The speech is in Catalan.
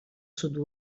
sud